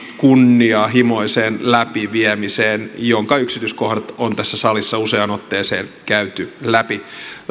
kunnianhimoiseen läpiviemiseen jonka yksityiskohdat on tässä salissa useaan otteeseen käyty läpi